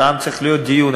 שם צריך להיות דיון.